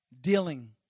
dealing